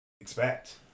expect